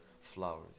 flowers